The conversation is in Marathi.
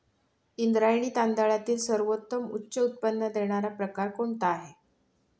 इंद्रायणी तांदळातील सर्वोत्तम उच्च उत्पन्न देणारा प्रकार कोणता आहे?